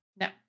No